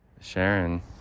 Sharon